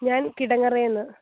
ഞാൻ കിടങ്ങറയിൽ നിന്ന്